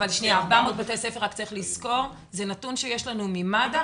אבל שנייה, 400 בתי ספר זה נתון שיש לנו ממד"א.